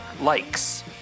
likes